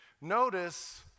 Notice